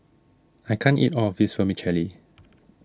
I can't eat all of this Vermicelli